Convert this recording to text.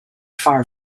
far